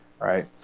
right